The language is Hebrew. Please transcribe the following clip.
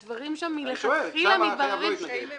אבל הדברים שם מלכתחילה מתבררים --- אני שואל שם החייב לא יתנגד?